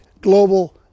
global